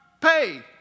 Pay